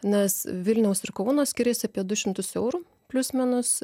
nes vilniaus ir kauno skiriasi apie du šimtus eurų plius minus